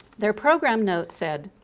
their program notes said,